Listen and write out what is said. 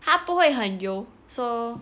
他不会很油 so